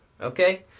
Okay